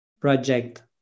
project